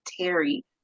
Terry